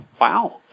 Wow